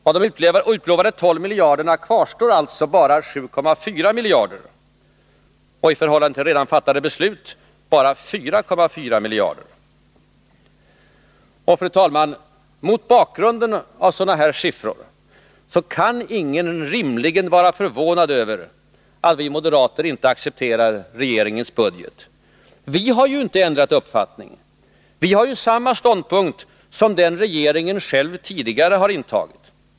Av de utlovade 12 miljarderna kvarstår alltså bara 7,4 och i förhållande till redan fattade beslut bara 4,4 miljarder. Fru talman! Mot bakgrunden av sådana siffror kan ingen rimligen vara förvånad över att vi moderater inte accepterar regeringens budget. Vi har inte ändrat uppfattning. Vi har samma ståndpunkt som den regeringen själv tidigare har intagit.